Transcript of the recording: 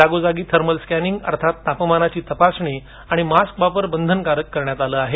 जागोजागी thermal scanning अर्थात तापमान तपासणी आणि मास्क वापर बंधनकारक करण्यात आलं आहे